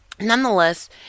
Nonetheless